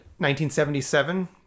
1977